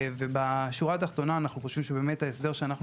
ובשורה התחתונה אנחנו באמת חושבים שההסדר שאנחנו